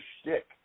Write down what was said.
shtick